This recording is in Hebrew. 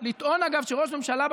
לטעון שראש ממשלה,